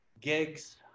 gigs